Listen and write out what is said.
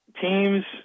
teams